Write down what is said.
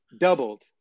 doubled